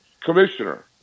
commissioner